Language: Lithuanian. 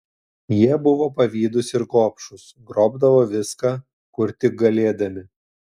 jie buvo pavydūs ir gobšūs grobdavo viską kur tik galėdami